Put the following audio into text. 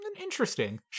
interesting